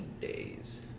days